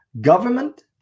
Government